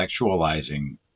sexualizing